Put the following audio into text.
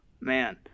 Man